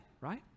right